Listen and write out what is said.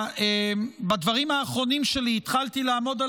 בדברים האחרונים שלי התחלתי לעמוד על